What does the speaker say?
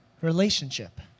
relationship